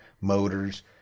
motors